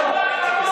שטויות.